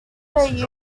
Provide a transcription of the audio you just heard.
they